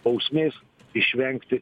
bausmės išvengti